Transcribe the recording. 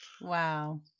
Wow